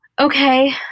Okay